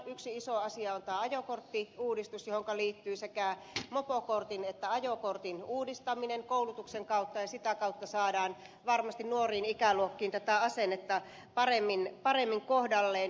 yksi iso asia on ajokorttiuudistus johonka liittyy sekä mopokortin että ajokortin uudistaminen koulutuksen kautta ja sitä kautta saadaan varmasti nuorissa ikäluokissa tätä asennetta paremmin kohdalleen